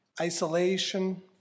Isolation